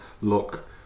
look